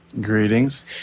Greetings